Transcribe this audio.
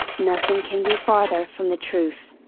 nothing can be farther from the truth.